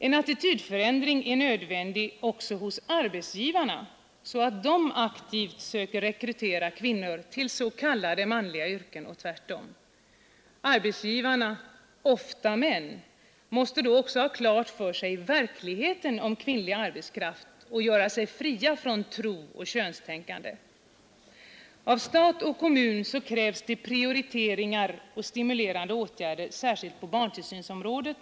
En attitydförändring är nödvändig också hos arbetsgivarna, så att de aktivt söker rekrytera kvinnor till s.k. manliga yrken och tvärtom. Arbetsgivarna — oftast män — måste då också ha klart för sig verkligheten om kvinnlig arbetskraft och göra sig fria från tro och könstänkande. Av stat och kommun krävs prioriteringar och stimulerande åtgärder särskilt på barntillsynsområdet.